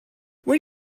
when